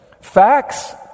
facts